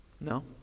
No